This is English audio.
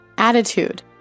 Attitude